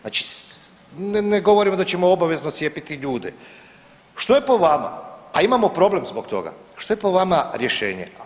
Znači ne govorimo da ćemo obavezno cijepiti ljude, što je po vama, a imamo problem zbog toga, što je po vama rješenje.